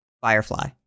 Firefly